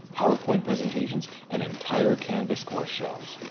powerpoint presentations, and entire canvas course shells.